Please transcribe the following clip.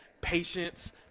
patience